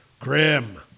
Grim